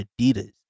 Adidas